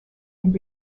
and